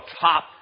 top